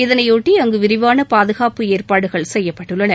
இதனையொட்டி அங்கு விரிவான பாதுகாப்பு ஏற்பாடுகள் செய்யப்பட்டுள்ளன